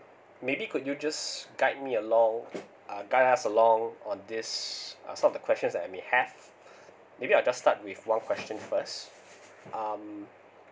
maybe could you just guide me along uh guide us along on these uh some of the questions that we have maybe I'll just start with one question first um